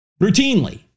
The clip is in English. routinely